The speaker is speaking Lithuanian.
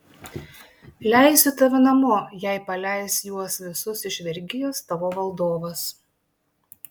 leisiu tave namo jei paleis juos visus iš vergijos tavo valdovas